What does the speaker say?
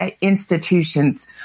Institutions